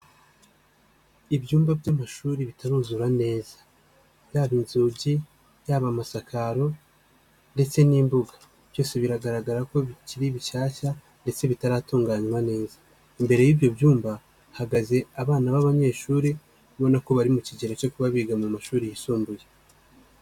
Ibyumba by'amashuri bitaruzura neza, yaba inzugi yaba amasakaro ndetse n'imbuga, byose biragaragara ko bikiri bishyashya ndetse bitaratunganywa neza, imbere y'ibyo byumba hahagaze abana b'abanyeshuri ubona ko bari mu kigero cyo kuba biga mu mashuri yisumbuye.